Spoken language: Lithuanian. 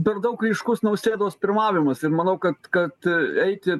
per daug ryškus nausėdos pirmavimas ir manau kad kad eiti